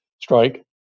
strike